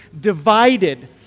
divided